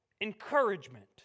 encouragement